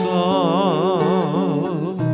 love